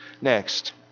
Next